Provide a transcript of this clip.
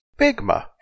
Bigma